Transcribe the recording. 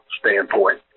standpoint